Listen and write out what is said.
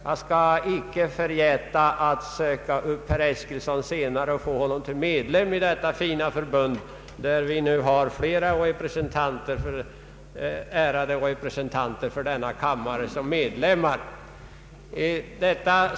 Jag skall icke förgäta att senare söka upp herr Eskilsson och värva honom som medlem i detta fina samfund, som har flera ära de kammarledamöter som medlemmar.